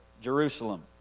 Jerusalem